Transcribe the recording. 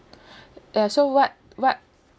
ya so what what